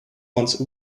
once